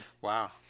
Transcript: Wow